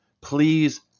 please